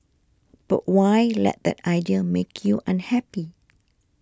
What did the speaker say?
but why let that idea make you unhappy